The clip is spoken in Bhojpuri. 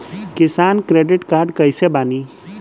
किसान क्रेडिट कार्ड कइसे बानी?